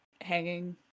hanging